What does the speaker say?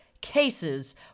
cases